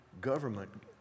government